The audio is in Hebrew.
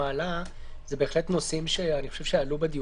מעלה הם בהחלט נושאים שאני חושב שעלו בדיונים.